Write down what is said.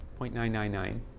0.999